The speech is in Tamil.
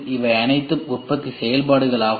இவை அனைத்தும் உற்பத்திச் செயல்பாடுகள் ஆகும்